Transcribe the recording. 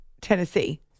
Tennessee